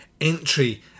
entry